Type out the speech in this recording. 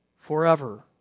forever